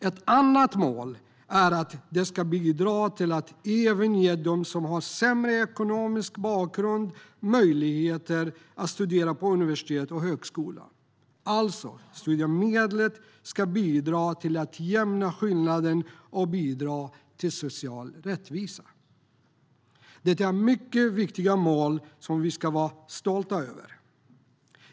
Ett annat mål är att det ska bidra till att ge även dem som har sämre ekonomisk bakgrund möjligheter att studera på universitet och högskola. Alltså: Studiemedlet ska bidra till att utjämna skillnader och bidra till social rättvisa. Det är mycket viktiga mål som vi ska vara stolta över.